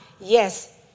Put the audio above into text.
yes